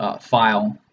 file